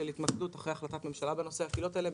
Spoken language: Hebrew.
של התמקדות אחרי החלטת ממשלה בנושא הקהילות האלה,